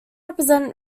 represent